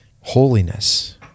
Holiness